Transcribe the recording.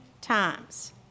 times